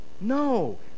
No